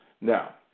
Now